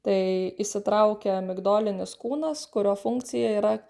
tai įsitraukia migdolinis kūnas kurio funkcija yra